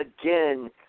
again